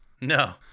No